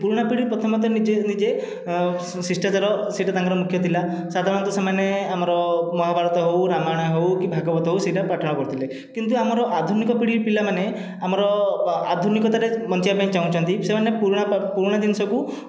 ପୁରୁଣା ପିଢ଼ି ପ୍ରଥମେତଃ ନିଜେ ନିଜେ ଶିଷ୍ଟାଚାର ସେହିଟା ତାଙ୍କର ମୁଖ୍ୟ ଥିଲା ସାଧାରଣତଃ ସେମାନେ ଆମର ମହାଭାରତ ହେଉ ରାମାୟଣ ହେଉ କି ଭାଗବତ ହେଉ ସେହିଟା ପାଠୁଆ କରୁଥିଲେ କିନ୍ତୁ ଆମର ଆଧୁନିକ ପିଢ଼ିର ପିଲାମାନେ ଆମର ଆଧୁନିକତାରେ ବଞ୍ଚିବା ଚାହୁଁଛନ୍ତି ସେମାନେ ପୁରୁଣା ପୁରୁଣା ଜିନିଷକୁ